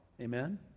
Amen